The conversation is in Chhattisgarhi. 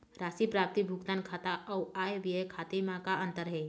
राशि प्राप्ति भुगतान खाता अऊ आय व्यय खाते म का अंतर हे?